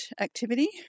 activity